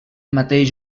mateix